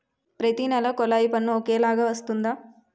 ప్రతి నెల కొల్లాయి పన్ను ఒకలాగే వస్తుందా?